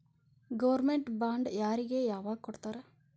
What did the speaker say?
Government bond ಯಾರಿಗೆ ಯಾವಗ್ ಕೊಡ್ತಾರ?